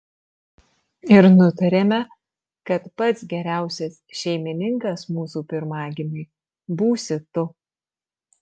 ir nutarėme kad pats geriausias šeimininkas mūsų pirmagimiui būsi tu